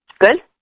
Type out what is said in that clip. Good